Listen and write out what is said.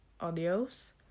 Adios